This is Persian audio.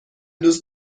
دوست